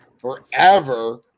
forever